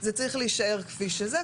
זה צריך להישאר כפי שזה,